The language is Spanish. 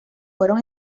fueron